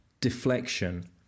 deflection